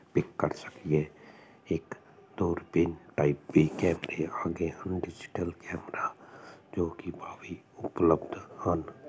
pick ਕਰ ਸਕੀਏ ਇੱਕ ਦੂਰਬੀਨ ਟਾਈਪ ਵੀ ਕੈਮਰੇ ਵੀ ਆ ਗਏ ਹਨ ਡਿਜੀਟਲ ਕੈਮਰਾ ਜੋ ਕਿ ਉਪਲਬਧ ਹਨ